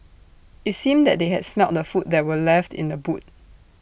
IT seemed that they had smelt the food that were left in the boot